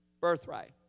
birthright